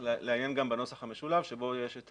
לעיין גם בנוסח המשולב בו יש את